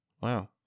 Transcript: Wow